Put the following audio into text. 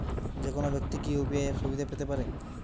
যেকোনো ব্যাক্তি কি ইউ.পি.আই অ্যাপ সুবিধা পেতে পারে?